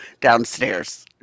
downstairs